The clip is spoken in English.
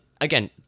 again